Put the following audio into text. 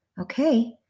okay